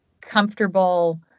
comfortable